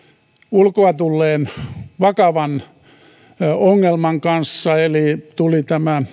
ulkoa tulleen vakavan ongelman kanssa eli tuli